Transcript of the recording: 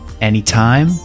Anytime